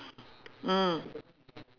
mm